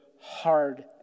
hard